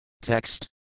Text